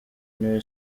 niwe